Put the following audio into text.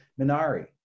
Minari